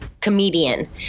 comedian